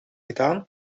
gedaan